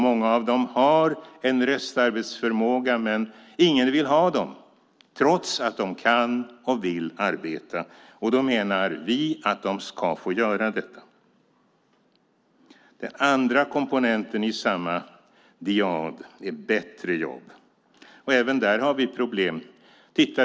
Många av dem har en restarbetsförmåga, men ingen vill ha dem, trots att de kan och vill arbeta. Då menar vi att de ska få göra detta. Den andra komponenten i dyaden är bättre jobb. Även där har vi problem.